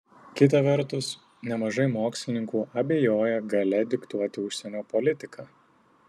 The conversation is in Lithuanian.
kita vertus nemažai mokslininkų abejoja galia diktuoti užsienio politiką